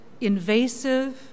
invasive